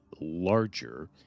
larger